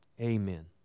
amen